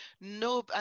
no